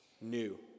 new